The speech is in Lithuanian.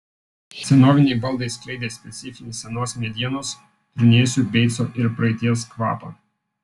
senoviniai baldai skleidė specifinį senos medienos trūnėsių beico ir praeities kvapą